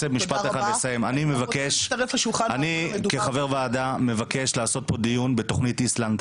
אני כחבר ועדה מבקש לעשות פה דיון בתוכנית איסלנד.